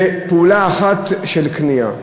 בפעולה אחת של קנייה.